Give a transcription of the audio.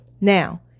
Now